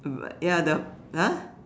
ya the !huh!